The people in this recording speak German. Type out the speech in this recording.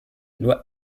nur